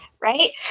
right